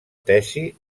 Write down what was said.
tesi